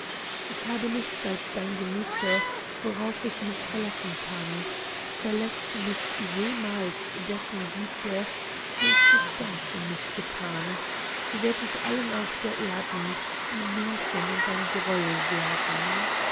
ich habe nichts als dein gemüte worauf ich mich verlassen kann verläßt mich jemals dessen güte so ist es ganz um mich getan so werd ich allen auf der erden ein märchen und ein greuel werden